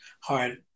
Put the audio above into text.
hard